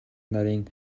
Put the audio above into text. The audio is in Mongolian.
нарын